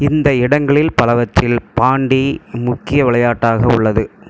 இந்த இடங்களில் பலவற்றில் பாண்டி முக்கிய விளையாட்டாக உள்ளது